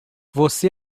você